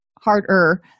harder